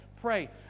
pray